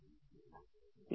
ഇത് അതിനേക്കാൾ കൂടുതലാണ്